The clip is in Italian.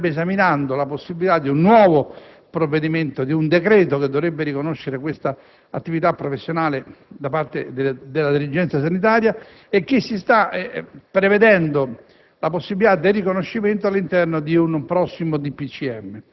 Sottosegretario - ho preso appunti - si starebbe esaminando la possibilità di un nuovo provvedimento, di un decreto che dovrebbe riconoscere tale attività professionale da parte della dirigenza sanitaria e si sta prevedendo